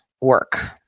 work